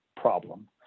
problem